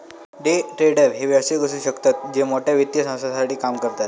day trader हे व्यावसायिक असु शकतत जे मोठ्या वित्तीय संस्थांसाठी काम करतत